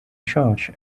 church